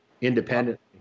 independently